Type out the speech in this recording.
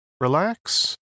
relax